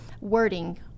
wording